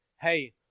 hey